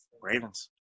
Ravens